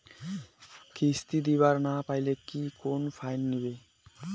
কিস্তি দিবার না পাইলে কি কোনো ফাইন নিবে?